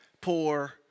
poor